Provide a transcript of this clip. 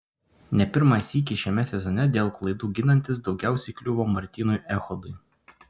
ne pirmą sykį šiame sezone dėl klaidų ginantis daugiausiai kliuvo martynui echodui